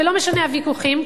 ולא משנה הוויכוחים,